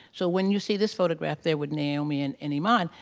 so when you see this photograph there with naomi and and iman,